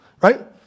right